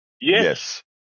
Yes